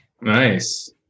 Nice